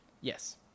Yes